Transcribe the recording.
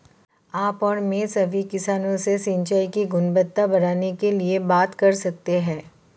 आप और मैं सभी किसानों से सिंचाई की गुणवत्ता बढ़ाने के लिए बात कर सकते हैं